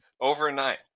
overnight